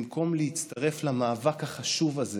במקום להצטרף למאבק החשוב הזה